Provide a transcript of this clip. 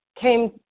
came